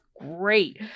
great